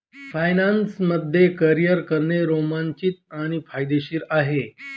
finance मध्ये career करणे रोमांचित आणि फायदेशीर आहे